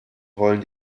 heulen